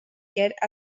get